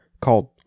called